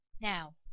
Now